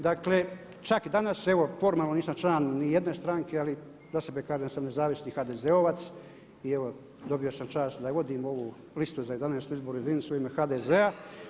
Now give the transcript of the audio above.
Dakle, čak danas evo formalno nisam član nijedne stranke ali za sebe kažem da sam nezavisni HDZ-ovac i evo dobio sam čast da vodim ovu listu za 11. izbornu jedinicu u ime HDZ-a.